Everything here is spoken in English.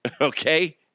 okay